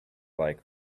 like